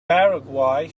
paraguay